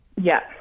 Yes